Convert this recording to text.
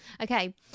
Okay